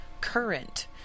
current